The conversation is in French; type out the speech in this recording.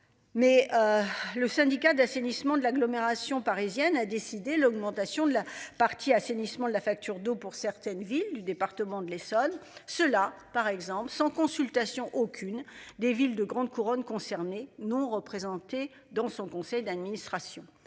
Mais. Le syndicat d'assainissement de l'agglomération parisienne a décidé l'augmentation de la partie assainissement de la facture d'eau pour certaines villes du département de l'Essonne, ceux par exemple sans consultation. Aucune des villes de grande couronne concernés non représentés dans son conseil d'administration.